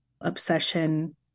obsession